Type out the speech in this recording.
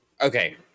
okay